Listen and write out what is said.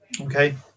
okay